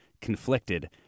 conflicted